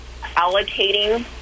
allocating